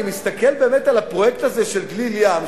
אני מסתכל באמת על הפרויקט הזה של גליל-ים,